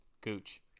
gooch